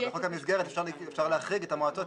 אבל בחוק המסגרת אפשר להחריג את המועצות,